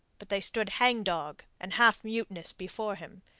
but they stood hang-dog and half-mutinous before him,